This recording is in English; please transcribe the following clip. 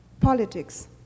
Politics